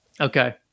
Okay